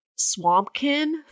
swampkin